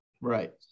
Right